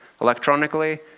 Electronically